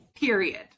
period